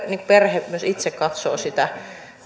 perheet myös itse katsovat sitä